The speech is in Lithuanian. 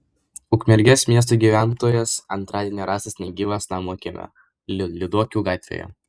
ukmergės miesto gyventojas antradienį rastas negyvas namo kieme lyduokių gatvėje